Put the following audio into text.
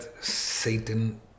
Satan